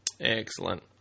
Excellent